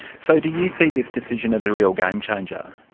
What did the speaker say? so do you see this decision as a real game changer?